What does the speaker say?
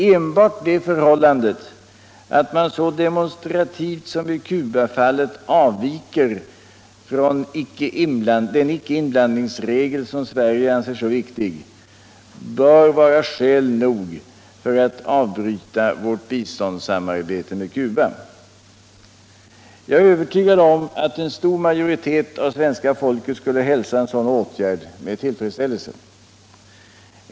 Enbart det förhållandet att man så demonstrativt som i Cubafallet avviker från den icke-inblandningsregel, som Sverige anser så viktig, bör vara skäl nog för att avbryta vårt biståndssamarbete med Cuba. Jag är övertygad om att en stor majoritet av svenska folket skulle hälsa en sådan åtgärd med tillfredsställelse.